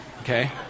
okay